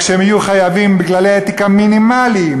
רק שהם יהיו חייבים בכללי אתיקה מינימליים.